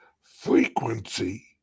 frequency